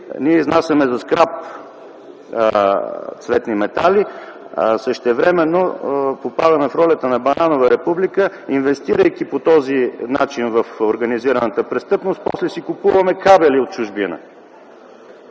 ние изнасяме за скрап цветни метали, а същевременно попадаме в ролята на бананова република, инвестирайки по този начин в организираната престъпност, после си купуваме кабели от чужбина.